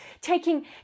taking